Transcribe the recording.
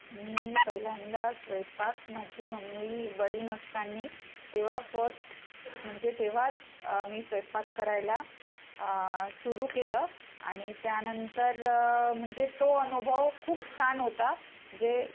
मी पहिल्यांदा स्वयंपाक माझी मम्मी बरी नसताना तेव्हा फस्ट म्हणजे तेव्हा मी स्वयंपाक करायला सुरू केलं आणि त्यानंतर म्हणजे तो अनुभव खूप छान होता जे